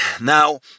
Now